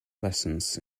lessons